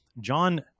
John